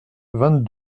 vingt